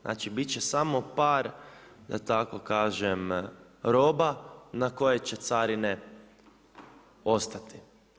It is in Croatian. Znači bit će samo par, da tako kažem roba na koje će carine ostati.